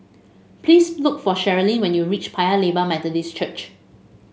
please look for Cherilyn when you reach Paya Lebar Methodist Church